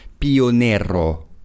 Pionero